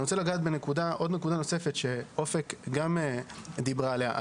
אני רוצה לגעת בעוד נקודה נוספת שאופק גם דיברה עליה,